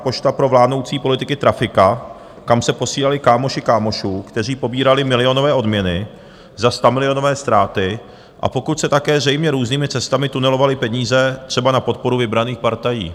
Po léta byla Česká pošta pro vládnoucí politiky trafika, kam se posílali kámoši kámošů, kteří pobírali milionové odměny za stamilionové ztráty, a pokud se také zřejmě různými cestami tunelovaly peníze, třeba na podporu vybraných partají.